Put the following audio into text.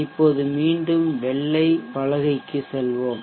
இப்போது மீண்டும் வெள்ளை பலகைக்கு செல்வோம்